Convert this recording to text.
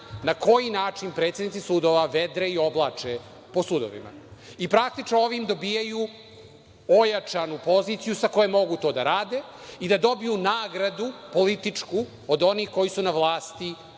na koji način predsednici sudova vedre i oblače po sudovima i praktično ovim dobijaju ojačanu poziciju sa koje mogu to da rade i da dobiju političku nagradu od onih koji su na vlasti